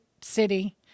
city